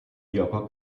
yoko